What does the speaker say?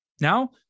Now